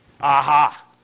Aha